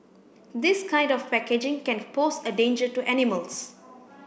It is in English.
this kind of packaging can pose a danger to animals